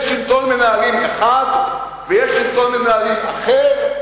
יש שלטון מנהלים אחד ויש שלטון מנהלים אחר,